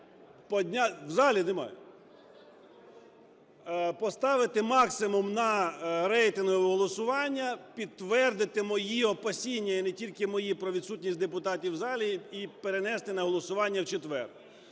В залі немає. Поставити максимум на рейтингове голосування підтвердити мої опасіння, і не тільки мої, про відсутність депутатів в залі і перенести на голосування в четвер.